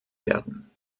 werden